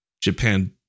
Japan